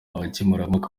abakemurampaka